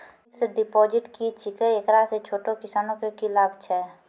Fixed deposit की छिकै, एकरा से छोटो किसानों के की लाभ छै?